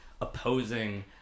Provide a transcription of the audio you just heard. opposing